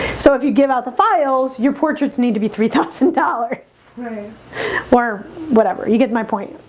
so if you give out the files your portraits need to be three thousand dollars or whatever you get my point.